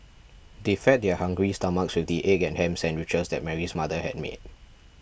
they fed their hungry stomachs with the egg and ham sandwiches that Mary's mother had made